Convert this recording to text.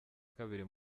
kabiri